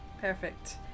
perfect